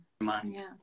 mind